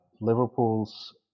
Liverpool's